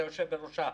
אתה יושב בראשה,